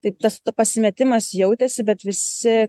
taip tas pasimetimas jautėsi bet visi